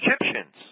Egyptians